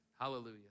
Hallelujah